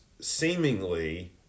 seemingly